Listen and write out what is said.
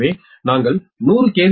எனவே நாங்கள் 100 கே